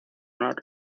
honor